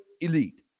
Elite